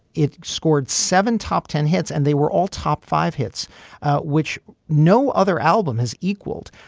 it scored seven top ten hits and they were all top five hits which no other album has equaled.